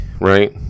right